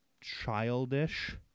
childish